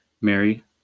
Mary